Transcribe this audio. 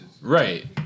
Right